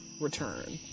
return